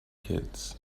kids